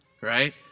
right